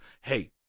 hey